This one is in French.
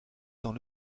dans